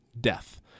death